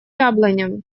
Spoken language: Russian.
яблоням